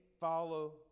follow